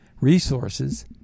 resources